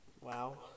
wow